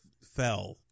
fell